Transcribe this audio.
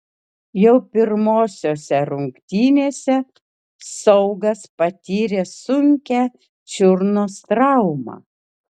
jau pirmosiose rungtynėse saugas patyrė sunkią čiurnos traumą